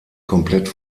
komplett